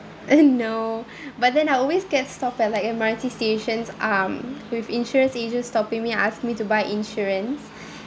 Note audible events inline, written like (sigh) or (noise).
uh (laughs) no but then I always get stopped at like M_R_T stations um with insurance agents stopping me asking me to buy insurance